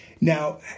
Now